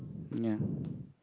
ya